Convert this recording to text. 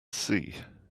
see